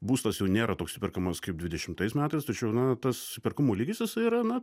būstas jau nėra toks įperkamas kaip dvidešimtais metais tačiau na tas įperkamumo lygis jisai yra na